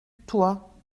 toi